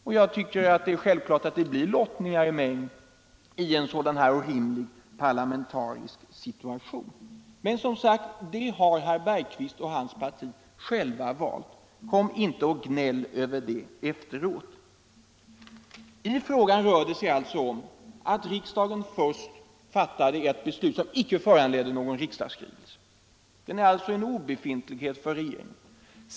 Självklart blir det också gott om lottningar i en sådan här orimlig parlamentarisk situation. Men det har som sagt herr Bergqvist och hans parti själva valt. Kom inte och gnäll över det efteråt! I denna fråga rör det sig om att riksdagen först fattade ett beslut som inte föranledde någon riksdagsskrivelse. Beslutet är då en obefintlighet för regeringen.